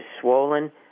swollen